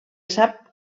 sap